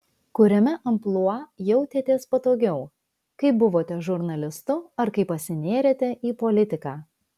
kuriame amplua jautėtės patogiau kai buvote žurnalistu ar kai pasinėrėte į politiką